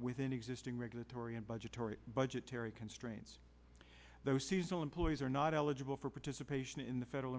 within existing regulatory and budgetary budgetary constraints those seasonal employees are not eligible for participation in the federal